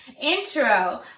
intro